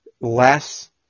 less